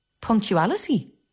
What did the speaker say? Punctuality